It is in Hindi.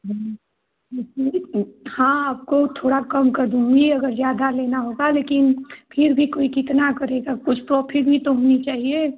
हाँ आपको थोड़ा कम कर दूँगी अगर ज़्यादा लेना होता लेकिन फिर भी कोई कितना करेगा कुछ प्रॉफ़िट भी तो होनी चाहिए